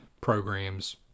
programs